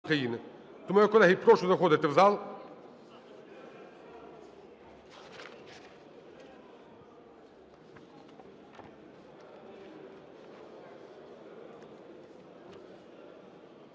Тому я, колеги, прошу заходити в зал.